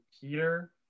Peter